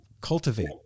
cultivate